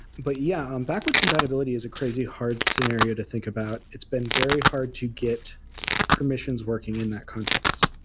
but yeah, um backward compatibility is a crazy hard scenario to think about. it's been very hard to get permissions working in that context.